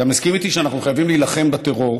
אתה מסכים איתי שאנחנו חייבים להילחם בטרור